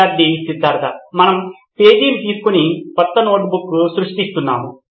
విద్యార్థి సిద్ధార్థ మనము పేజీని తీసుకొని కొత్త నోట్ సృష్టిస్తున్నాము